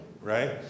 right